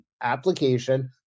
application